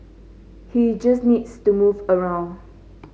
he just needs to move around